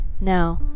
Now